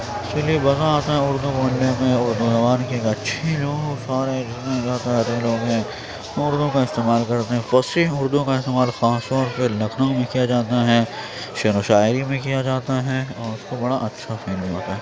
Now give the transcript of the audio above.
اسی لیے مزہ آتا ہے اردو بولنے میں اردو زبان کی ایک اچھی لوگ سارے وہ اردو کا استعمال کرتے ہیں فصیح اردو کا استعمال خاص طور پہ لکھنؤ میں کیا جاتا ہے شعر و شاعری میں کیا جاتا ہے اور اس کو بڑا اچھا فیل ہوتا ہے